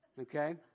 Okay